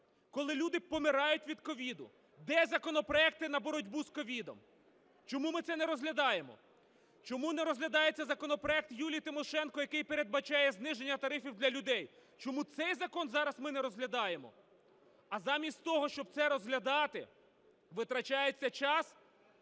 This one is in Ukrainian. коли люди помирають від COVID, де законопроекти на боротьбу з COVID? Чому ми це не розглядаємо? Чому не розглядається законопроект Юлії Тимошенко, який передбачає зниження тарифів для людей? Чому цей закон зараз ми не розглядаємо? А замість того, щоб це розглядати, витрачається час.